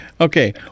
okay